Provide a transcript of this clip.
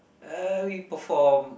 uh we perform